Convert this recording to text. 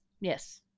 yes